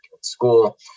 school